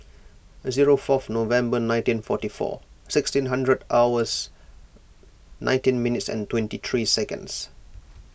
zero fourth November nineteen forty four sixteen hundred hours nineteen minutes and twenty three seconds